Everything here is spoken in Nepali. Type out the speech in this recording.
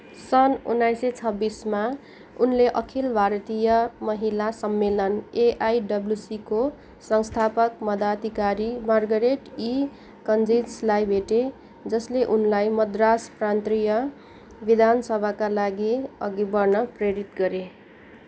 सन् उन्नाइस सय छब्बिसमा उनले अखिल भारतीय महिला सम्मेलन एआइडब्ल्युसीको संस्थापक मताधिकारी मार्गरेट ई कजिन्सलाई भेटे जसले उनलाई मद्रास प्रान्तीय विधानसभाका लागि अघि बढ्न प्रेरित गरे